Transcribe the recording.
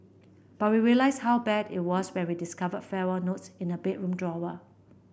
but we realised how bad it was when we discovered farewell notes in the bedroom drawer